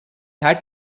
had